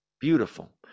Beautiful